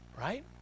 Right